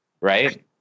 Right